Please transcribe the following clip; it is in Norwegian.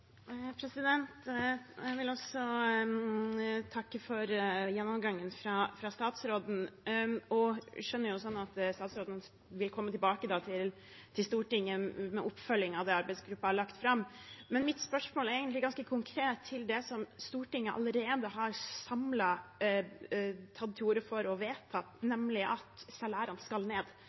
Jeg vil også takke for gjennomgangen fra statsråden. Jeg skjønner det slik at statsråden vil komme tilbake til Stortinget med en oppfølging av det arbeidsgruppen har lagt fram. Mitt spørsmål er egentlig ganske konkret til det Stortinget samlet allerede har tatt til orde for og vedtatt, nemlig at salærene skal ned.